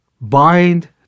bind